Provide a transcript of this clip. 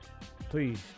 please